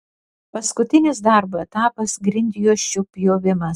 paskutinis darbo etapas grindjuosčių pjovimas